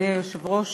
אדוני היושב-ראש,